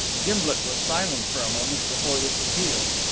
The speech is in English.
gimblet was silent for a moment before this appeal.